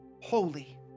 holy